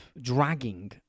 dragging